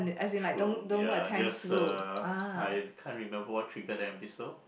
true ya just uh I can't remember what trigger the episode